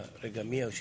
רגע, מי היושב-ראש?